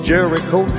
Jericho